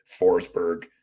forsberg